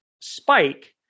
spike